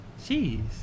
Jeez